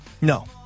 No